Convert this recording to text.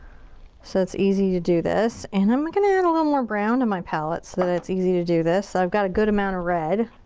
so it's easy to do this. and i'm gonna add a little more brown to my palette so that it's easy to do this. i've got a good amount of red.